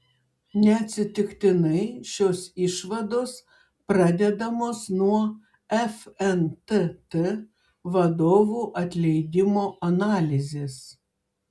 neatsitiktinai šios išvados pradedamos nuo fntt vadovų atleidimo analizės